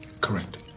Correct